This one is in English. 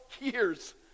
years